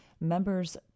members